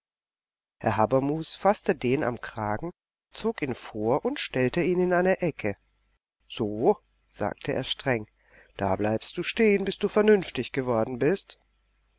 herr habermus faßte den am kragen zog ihn vor und stellte ihn in eine ecke so sagte er streng da bleibst du stehen bis du vernünftig geworden bist